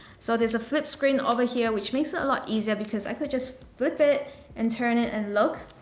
so there's a flip screen over here which makes it a lot easier because i could just flip it and turn it and look.